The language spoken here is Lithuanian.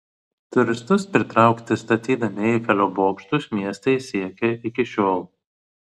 turistus pritraukti statydami eifelio bokštus miestai siekia iki šiol